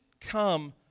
come